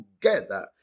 together